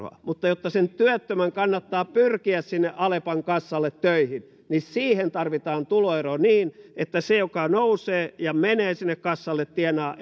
mutta jotta sen työttömän kannattaa pyrkiä sinne alepan kassalle töihin niin siihen tarvitaan tuloeroa niin että se joka nousee ja menee sinne kassalle tienaa